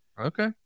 Okay